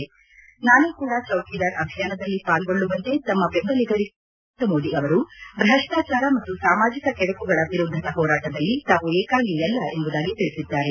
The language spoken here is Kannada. ನಾನು ಕೂಡ ಚೌಕಿದಾರ್ ಅಭಿಯಾನದಲ್ಲಿ ಪಾಲ್ಗೊಳ್ಳುವಂತೆ ತಮ್ಮ ಬೆಂಬಲಿಗರಿಗೆ ಮನವಿ ಮಾಡಿರುವ ನರೇಂದ್ರ ಮೋದಿ ಅವರು ಭ್ರಷ್ಟಾಚಾರ ಮತ್ತು ಸಾಮಾಜಿಕ ಕೆಡಕುಗಳ ವಿರುದ್ಧದ ಹೋರಾಟದಲ್ಲಿ ತಾವು ಏಕಾಂಗಿಯಲ್ಲ ಎಂಬುದಾಗಿ ತಿಳಿಸಿದ್ದಾರೆ